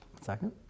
second